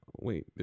wait